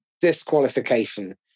disqualification